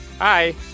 Hi